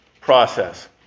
process